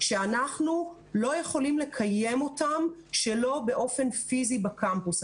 שהם לא יכולים לקיים אותם שלא באופן פיזי בקמפוס.